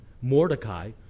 Mordecai